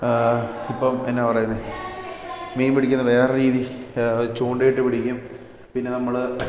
ഇപ്പം എന്നാ പറയുന്നത് മീൻ പിടിക്കുന്നത് വേറെ രീതി ചൂണ്ടയിട്ട് പിടിക്കും പിന്നെ നമ്മൾ